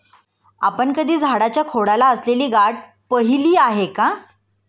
आपण कधी झाडाच्या खोडाला असलेली गाठ पहिली आहे का?